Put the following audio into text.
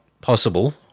possible